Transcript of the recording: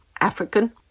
African